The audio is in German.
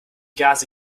gase